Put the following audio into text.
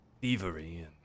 thievery